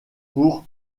pour